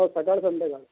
हो सकाळ संध्याकाळ